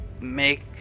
make